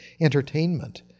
entertainment